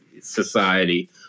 society